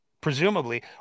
Presumably